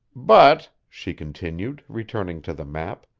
but, she continued, returning to the map,